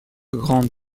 grandes